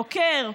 בוקר,